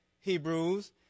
Hebrews